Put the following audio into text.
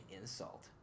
insult